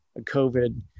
COVID